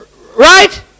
Right